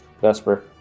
Vesper